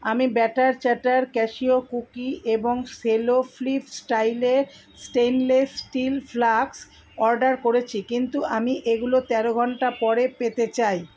আমি batter chatter cashew cookies এবং Cello flip স্টাইলে স্টেনলেস স্টিল ফ্লাস্ক অর্ডার করেছি কিন্তু আমি এগুলো তেরো ঘণ্টা পরে পেতে চাই